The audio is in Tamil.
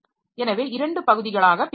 எனவே இரண்டு பகுதிகளாகப் பிரிக்கிறோம்